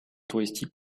touristique